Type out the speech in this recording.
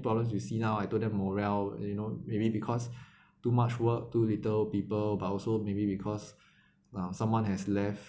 problems you see now I told them morale you know maybe because too much work too little people but also maybe because now someone has left